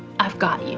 i've got